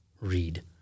read